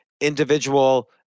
individual